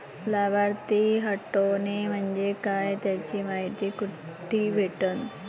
लाभार्थी हटोने म्हंजे काय याची मायती कुठी भेटन?